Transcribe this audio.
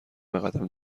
بقدم